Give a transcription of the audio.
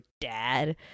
dad